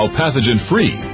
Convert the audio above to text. pathogen-free